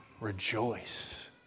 rejoice